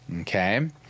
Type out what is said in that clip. Okay